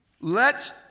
Let